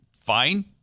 fine